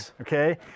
okay